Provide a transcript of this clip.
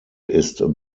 ist